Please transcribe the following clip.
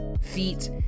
feet